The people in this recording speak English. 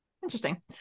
interesting